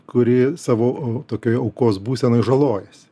kuri savo tokioj aukos būsenoj žalojasi